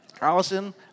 Allison